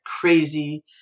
crazy